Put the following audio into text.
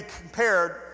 compared